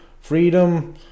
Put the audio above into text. freedom